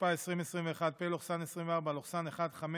התשפ"א 2021, פ/1555/24,